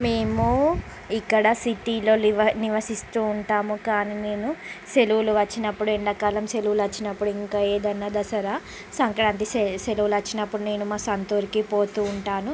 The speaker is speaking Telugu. మేమూ ఇక్కడ సిటీలో నివ నివసిస్తూ ఉంటాము కానీ మేము సెలవులు వచ్చినపుడు ఎండాకాలం సెలవులు వచ్చినపుడు ఇంకా ఏదన్నా దసరా సంక్రాంతి సె సెలవులు వచ్చినపుడు నేను మా సొంత ఊరుకి పోతూ ఉంటాను